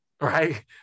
right